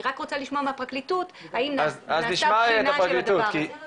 אני רק רוצה לשמוע מהפרקליטות אם נעשתה בחינה של הדבר הזה --- זהו